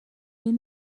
این